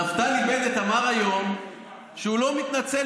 נפתלי בנט אמר היום שהוא לא מתנצל,